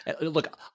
look